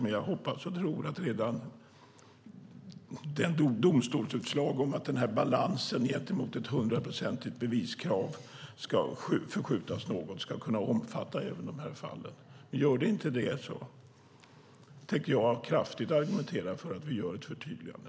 Men jag hoppas och tror att redan i och med detta domstolsutslag balansen gentemot ett hundraprocentigt beviskrav ska förskjutas något och omfatta även dessa fall. Gör det inte det tänker jag kraftigt argumentera för att vi gör ett förtydligande.